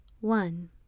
One